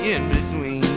In-Between